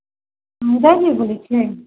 मदन जी बोलै छियै